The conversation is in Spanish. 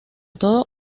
todo